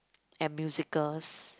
and musicals